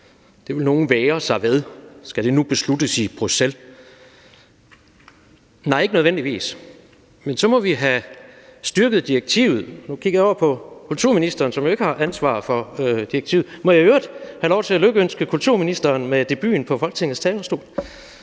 Det vil nogle vægre sig ved og sige: Skal det nu besluttes i Bruxelles? Nej, det skal det ikke nødvendigvis, men så må vi have styrket direktivet. Nu kigger jeg over på kulturministeren, som jo ikke har ansvaret for direktivet. Må jeg i øvrigt have lov til at lykønske kulturministeren med debuten på Folketingets talerstol